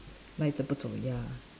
赖着不走：lai zhe bu zou ya